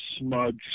smug